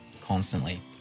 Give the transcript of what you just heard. constantly